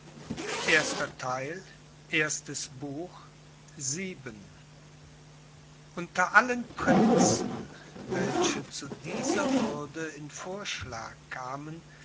unter allen prinzen welche zu dieser würde in vorschlag kamen